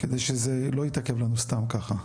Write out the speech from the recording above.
כדי שזה לא יתעכב לנו סתם ככה.